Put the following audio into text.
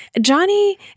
Johnny